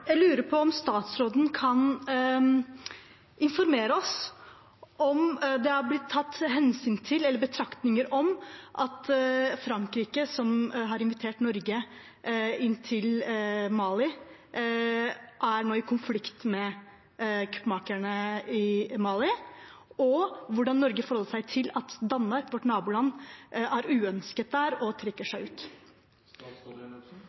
Jeg lurer på om statsråden kan informere oss om det har blitt tatt hensyn til eller gjort betraktninger om at Frankrike, som har invitert Norge til Mali, nå er i konflikt med kuppmakerne i Mali, og om hvordan Norge forholder seg til at Danmark, vårt naboland, er uønsket der og